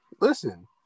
Listen